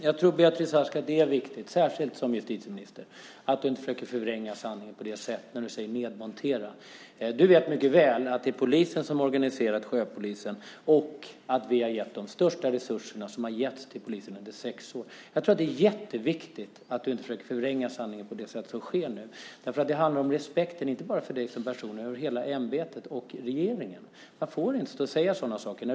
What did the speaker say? Fru talman! Beatrice Ask, jag tror att det är viktigt att du som justitieminister inte försöker förvränga sanningen. Du säger att jag har nedmonterat sjöpolisen. Du vet mycket väl att det är polisen själv som organiserar sjöpolisen och att vi har gett de största resurserna till polisen som har getts under de senaste sex åren. Det är viktigt att du inte förvränger sanningen på det sätt du gör nu. Det handlar om respekten, inte bara för dig som person utan för hela ditt ämbete och för regeringen. Man får inte stå och säga sådana saker.